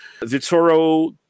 Vittorio